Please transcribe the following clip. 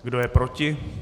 Kdo je proti?